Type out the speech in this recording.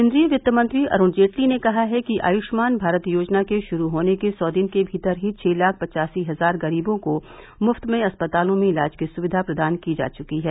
केन्द्रीय वित्तमंत्री अरूण जेटली ने कहा है कि आयुष्मान भारत योजना के शुरू होने के सौ दिन के भीतर ही छह लाख पचासी हजार गरीबों को मुफ्त में अस्पतालों में इलाज की सुविधा प्रदान की जा चुकी है